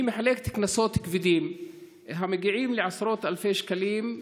היא מחלקת קנסות כבדים המגיעים לעשרות אלפי שקלים,